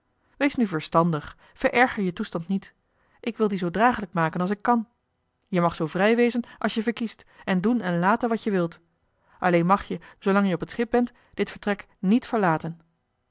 wees nu verstandig vererger je toestand niet ik wil dien zoo dragelijk maken als ik kan je mag zoo vrij wezen als je verkiest en doen en laten wat je wilt alleen mag je zoolang je op t schip bent dit vertrek niet verlaten